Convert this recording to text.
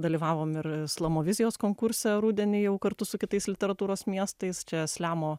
dalyvavom ir slamovizijos konkurse rudenį jau kartu su kitais literatūros miestais čia sliamo